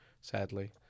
sadly